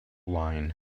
line